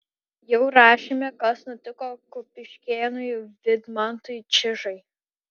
jau rašėme kas nutiko kupiškėnui vidmantui čižai